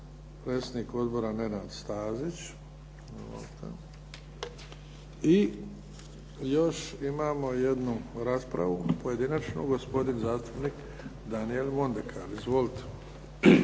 predsjednik Odbora Nenad Stazić. I još imamo jednu raspravu. Pojedinačnu. Gospodin zastupnik Daniel Mondekar. Izvolite.